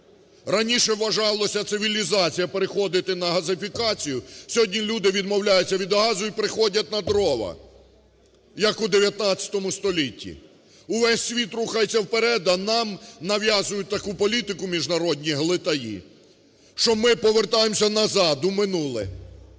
Раніше вважалося, цивілізація – переходити на газифікацію, сьогодні люди відмовляються від газу і переходять на дрова, як у ХІХ столітті. Весь світ рухається вперед, а нам нав'язують таку політику міжнародні глитаї, що ми повертаємося назад у минуле.